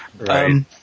Right